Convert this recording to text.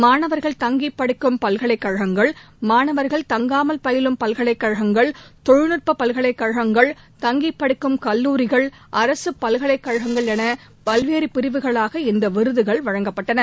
மாணவர்கள் தங்கி படிக்கும் பல்கலைக்கழகங்கள் மாணவர்கள் தங்காமல் பயிலும் பல்கலைக்கழகங்கள் தொழில்நட்ப பல்கலைக்கழகங்கள் தங்கிப்படிக்கும் கல்லூரிகள் அரசு பல்கலைக்கழகங்கள் என பல்வேறு பிரிவுகளாக இந்த விருதுகள் வழங்கப்பட்டன